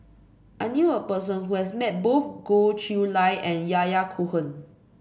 I knew a person who has met both Goh Chiew Lye and Yahya Cohen